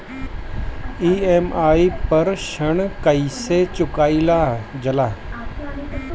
EMI पर ऋण कईसे चुकाईल जाला?